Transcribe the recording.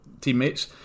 teammates